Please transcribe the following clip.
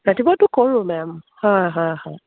ৰাতিপুৱাটো কৰোঁ মেম হয় হয় হয়